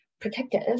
protective